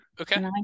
Okay